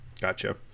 Gotcha